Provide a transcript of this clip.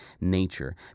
nature